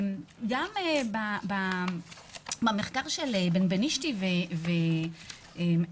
גם במחקר של בנבנישתי ושמעוני,